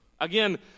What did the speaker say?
Again